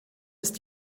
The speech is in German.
ist